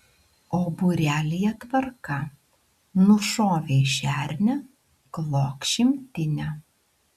o būrelyje tvarka nušovei šernę klok šimtinę